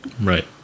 Right